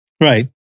Right